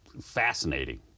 fascinating